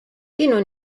kienu